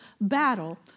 battle